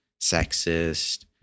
sexist